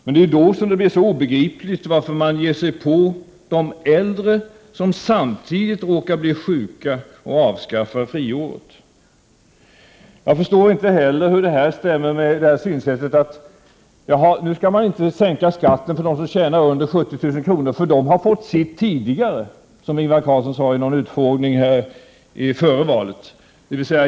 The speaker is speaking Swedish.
Men det är ju då som det blir så obegripligt att man ger sig på de äldre som råkar bli sjuka och avskaffar friåret. Jag förstår inte hur detta stämmer med synsättet att man inte skall sänka skatten för dem som tjänar under 70 000 kr. per år, för de har fått sitt tidigare, som Ingvar Carlsson sade i en utfrågning före valet.